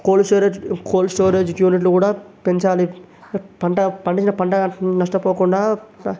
cold storage cold storage యూనిట్లు కూడా పెంచాలి పంట పండిన పంట నష్టపోకుండా